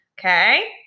Okay